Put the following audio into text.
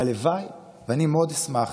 הלוואי, ואני מאוד אשמח